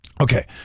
Okay